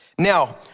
Now